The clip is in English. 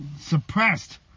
suppressed